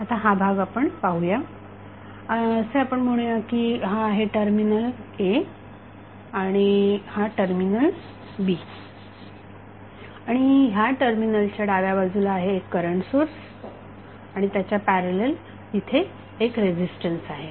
आता हा भाग आपण पाहू या असे आपण म्हणूया की हा आहे टर्मिनल A आणि हा टर्मिनल B आणि ह्या टर्मिनलच्या डाव्या बाजूला आहे एक करंट सोर्स आणि त्याच्या पॅरलल तिथे एक रेझिस्टन्स आहे